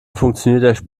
funktioniert